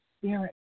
spirit